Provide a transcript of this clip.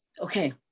okay